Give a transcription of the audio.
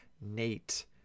Nate